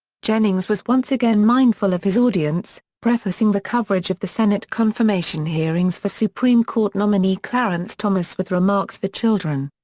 jennings was once again mindful of his audience, prefacing the coverage of the senate confirmation hearings for supreme court nominee clarence thomas with remarks for children.